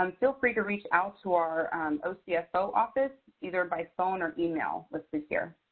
um feel free to reach out to our ocfo yeah so office, either by phone or email listed here.